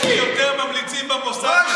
יש לי יותר ממליצים במוסד מאשר לך בעיריית ירושלים.